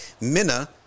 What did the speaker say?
minna